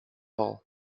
all